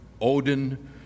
Odin